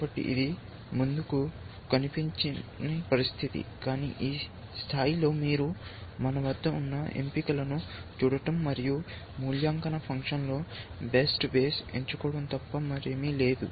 కాబట్టి ఇది ముందుకు కనిపించని పరిస్థితి కానీ ఈ స్థాయిలో మీరు మన వద్ద ఉన్న ఎంపికలను చూడటం మరియు మూల్యాంకన ఫంక్షన్లో బెస్ట్ బేస్ ఎంచుకోవడం తప్ప మరేమీ లేదు